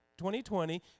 2020